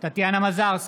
טטיאנה מזרסקי,